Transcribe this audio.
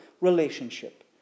relationship